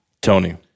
Tony